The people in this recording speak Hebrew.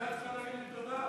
אז על זה את צריכה להגיד לי תודה.